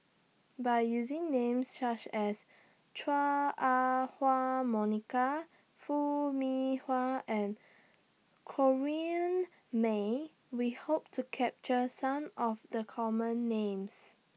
By using Names such as Chua Ah Huwa Monica Foo Mee and Corrinne May We Hope to capture Some of The Common Names